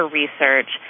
research